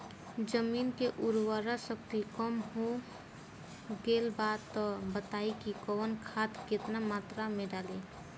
जमीन के उर्वारा शक्ति कम हो गेल बा तऽ बताईं कि कवन खाद केतना मत्रा में डालि?